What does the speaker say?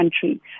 country